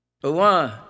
One